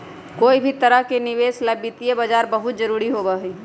कोई भी तरह के निवेश ला वित्तीय बाजार बहुत जरूरी होबा हई